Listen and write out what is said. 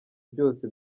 byose